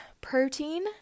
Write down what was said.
protein